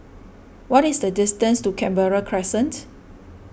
what is the distance to Canberra Crescent